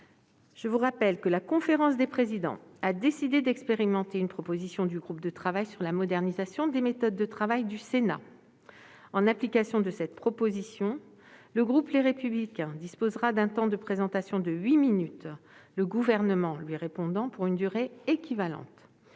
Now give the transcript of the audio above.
Je vous rappelle que la conférence des présidents a décidé d'expérimenter une proposition du groupe de travail sur la modernisation des méthodes de travail du Sénat. En application de cette proposition, le groupe Les Républicains disposera d'un temps de présentation de huit minutes, le Gouvernement lui répondant pour une durée équivalente.